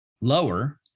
lower